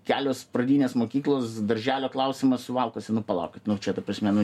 kelios pradinės mokyklos darželio klausimas suvalkuose nu palaukit čia ta prasme nu